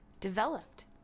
developed